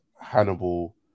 Hannibal